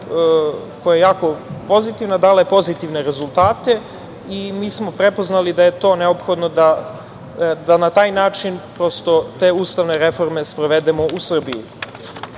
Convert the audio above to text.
koja je jako pozitivna i dala je pozitivne rezultate. Mi smo prepoznali da je to neophodno da na taj način te ustavne reforme sprovedemo u